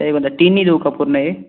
हे बघा तीनही देऊ का पूर्ण हे